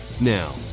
Now